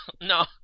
No